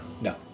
No